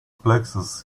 plexus